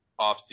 offseason